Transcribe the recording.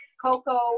Coco